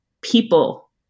people